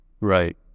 Right